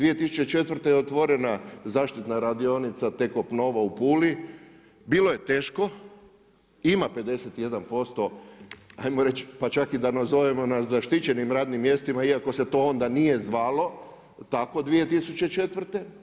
2004. je otvorena zaštitna radionica Tekop Nova u Puli, bilo je teško i ima 51% ajmo reć pa čak i da nazovemo na zaštićenim radnim mjestima iako se to onda nije zvalo tako 2004.